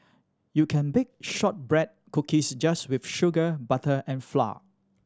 you can bake shortbread cookies just with sugar butter and flour